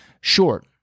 short